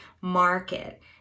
market